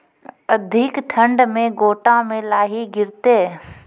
अधिक ठंड मे गोटा मे लाही गिरते?